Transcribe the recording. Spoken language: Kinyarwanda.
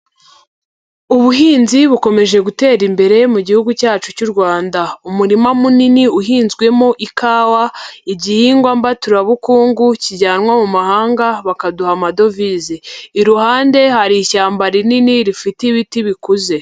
Ubuhinzi bukomeje gutera imbere mu gihugu cyacu cy'u Rwanda. Umurima munini uhinzwemo ikawa, igihingwa mbaturabukungu kijyanwa mu mahanga bakaduha amadovize. Iruhande hari ishyamba rinini rifite ibiti bikuze.